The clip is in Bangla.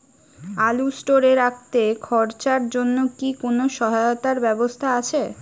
আলু স্টোরে রাখতে খরচার জন্যকি কোন সহায়তার ব্যবস্থা আছে?